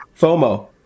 FOMO